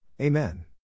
Amen